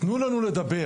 תנו לנו לדבר.